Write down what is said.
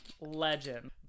Legend